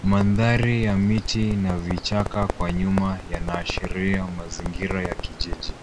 madhari ya miti na vichaka kwenye nyuma yanaashiria mazingira ya kijiji. Magari yamepangwa kwa mstari moja kwenye eneo lenye majani, huku mtu mmoja akielekea kuyakagua. Mandhari ya miti na vichaka kwenye nyuma yanaashiria mazingira ya kijiji.